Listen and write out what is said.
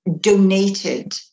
donated